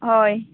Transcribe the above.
हय